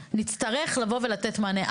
נצטרך לבוא ולתת מענה.